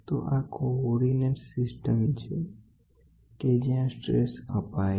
તો આ coordinate system છે કે જ્યાં સ્ટ્રેસ અપાય છે